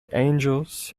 angels